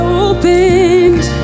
opened